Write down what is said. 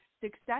success